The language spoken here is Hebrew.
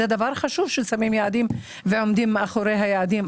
זה דבר חשוב ששמים יעדים ועומדים מאחורי היעדים,